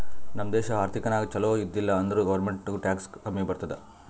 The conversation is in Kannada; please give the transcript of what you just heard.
ನಮ್ ದೇಶ ಆರ್ಥಿಕ ನಾಗ್ ಛಲೋ ಇದ್ದಿಲ ಅಂದುರ್ ಗೌರ್ಮೆಂಟ್ಗ್ ಟ್ಯಾಕ್ಸ್ ಕಮ್ಮಿ ಬರ್ತುದ್